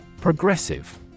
Progressive